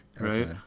right